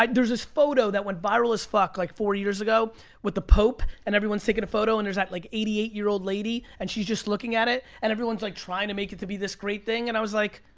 like there's this photo that went viral as fuck like four years ago with the pope. and everyone's taking a photo. and there's that like eighty eight year old lady, and she's just looking at it. and everyone's like trying to make it to be this great thing, and i was like,